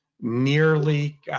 nearly